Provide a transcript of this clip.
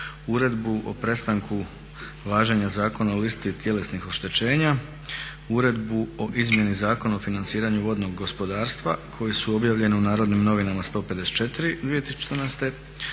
uredbu o prestanku važenja Zakona o listi tjelesnih oštećenja, Uredbu o izmjeni Zakona o financiranju vodnog gospodarstva koji su objavljene u Narodnim novinama 154. 2014.,